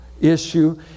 issue